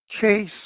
chase